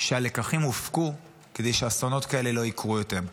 שהלקחים הופקו כדי שאסונות כאלה לא יקרו יותר,